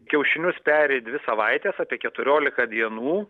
kiaušinius peri dvi savaites apie keturiolika dienų